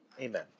Amen